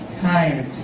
tired